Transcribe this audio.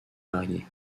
variés